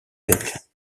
sept